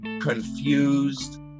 confused